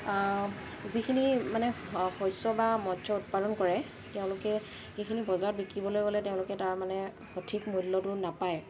যিখিনি মানে শস্য বা মৎস্য উৎপাদন কৰে তেওঁলোকে সেইখিনি বজাৰত বিকিবলৈ গ'লে তেওঁলোকে তাৰ মানে সঠিক মূল্যটো নাপায়